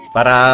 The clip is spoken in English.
Para